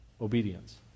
Obedience